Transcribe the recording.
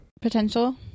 Potential